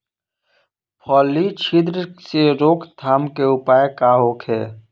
फली छिद्र से रोकथाम के उपाय का होखे?